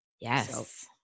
Yes